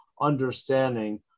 understanding